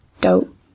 Dope